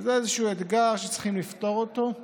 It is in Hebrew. וזה איזשהו אתגר שצריכים לפתור אותו.